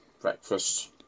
breakfast